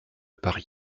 paris